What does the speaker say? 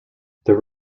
their